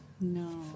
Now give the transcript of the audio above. No